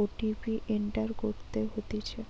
OTP enter করতে হতিছে